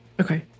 Okay